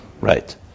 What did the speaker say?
Right